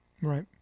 Right